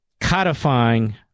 codifying